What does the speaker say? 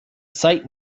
site